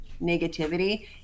negativity